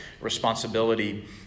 responsibility